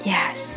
Yes